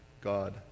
God